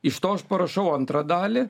iš to aš parašau antrą dalį